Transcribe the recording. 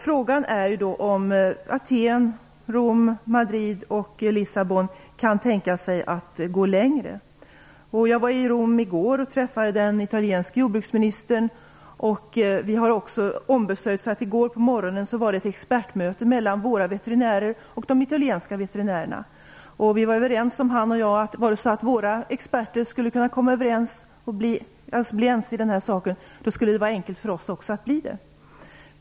Frågan är då om Aten, Rom, Madrid och Lissabon kan tänka sig att gå längre. Jag var i Rom i går och träffade den italienske jordbruksministern. Vi ordnade så att det i går morse hölls ett expertmöte mellan svenska veterinärer och italienska veterinärer. Den italienske jordbruksministern och jag var överens om att om våra experter är ense i den här frågan blir det enklare för oss att bli det.